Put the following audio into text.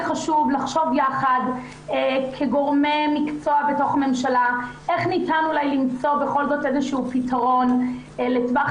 חשוב לחשוב יחד כגורמי מקצוע בתוך הממשלה איך ניתן אולי למצוא פתרון לטווח